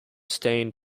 stain